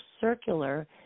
circular